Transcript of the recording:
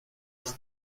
una